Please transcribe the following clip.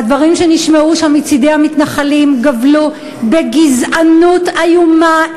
והדברים שנשמעו שם מצד המתנחלים גבלו בגזענות איומה.